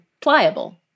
pliable